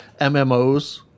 MMOs